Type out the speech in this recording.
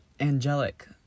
angelic